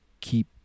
keep